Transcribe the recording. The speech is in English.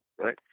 right